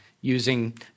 using